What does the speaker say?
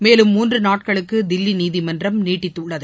மேலும் மூன்று நாட்களுக்கு தில்லி நீதிமன்றம் நீட்டித்துள்ளது